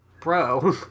bro